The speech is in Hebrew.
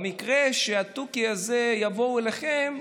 אז במקרה שהתוכי הזה יבוא אליכם,